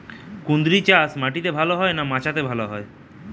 কুঁদরি চাষ মাটিতে ভালো হয় না মাচাতে ভালো হয়?